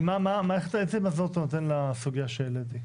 אבל איך את העצם הזאת אתה נותן לסוגיה שהעליתי?